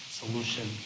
solution